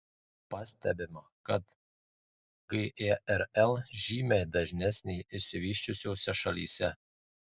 pastebima kad gerl žymiai dažnesnė išsivysčiusiose šalyse